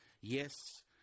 Yes